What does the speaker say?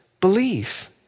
believe